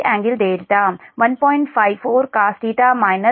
54 cos 0